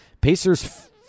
Pacers